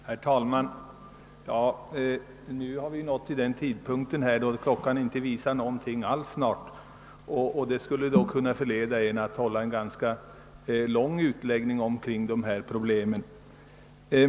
Herr talman! Nu har vi nått den tidpunkt då klockan snart inte visar någonting alls. Det skulle kunna förleda en till att hålla en ganska lång utläggning omkring dessa problem.